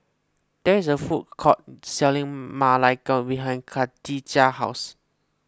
there is a food court selling Ma Lai Gao behind Kadijah's house